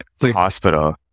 hospital